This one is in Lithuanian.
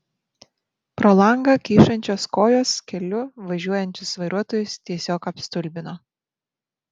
pro langą kyšančios kojos keliu važiuojančius vairuotojus tiesiog apstulbino